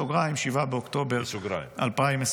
בסוגריים: 7 באוקטובר 2023. בסוגריים.